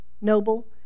noble